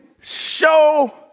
show